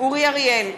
אורי אריאל,